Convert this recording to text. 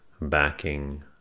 backing